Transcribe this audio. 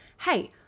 hey